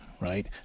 right